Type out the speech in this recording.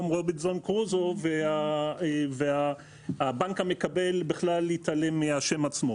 רובינזון קרוזו והבנק המקבל בכלל יתעלם מהשם עצמו.